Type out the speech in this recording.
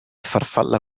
farfalla